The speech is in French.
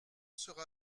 sera